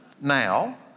now